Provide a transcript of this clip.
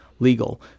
legal